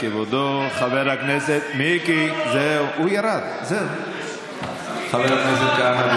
כל אחד מהם חושב שהבחירות יעשו למפלגה שלו טוב יותר ברמה המפלגתית.